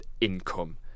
income